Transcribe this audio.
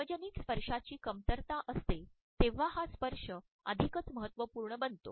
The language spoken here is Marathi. सार्वजनिक स्पर्शांची कमतरता असते तेव्हा हा स्पर्श अधिकच महत्त्वपूर्ण बनतो